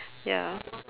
ya